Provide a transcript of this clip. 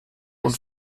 und